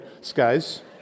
skies